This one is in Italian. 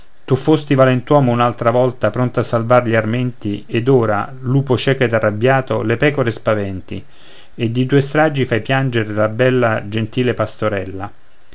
tu fosti valentuomo un'altra volta pronto a salvar gli armenti ed ora lupo cieco ed arrabbiato le pecore spaventi e di tue stragi fai pianger la bella gentile pastorella